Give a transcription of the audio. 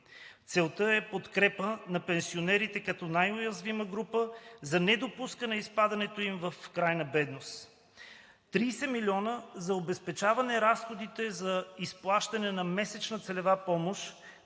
Целта е подкрепа на пенсионерите като най-уязвима група за недопускане изпадането им в крайна бедност. - 30,0 млн. лв. – за обезпечаване разходите за изплащане на месечна целева помощ